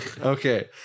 Okay